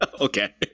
Okay